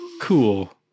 cool